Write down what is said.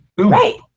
Right